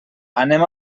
anem